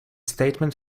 statement